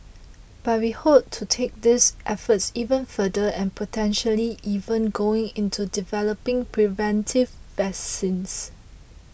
but we hope to take these efforts even further and potentially even going into developing preventive vaccines